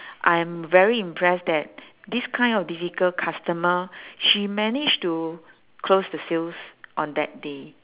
I'm very impressed that this kind of difficult customer she managed to close the sales on that day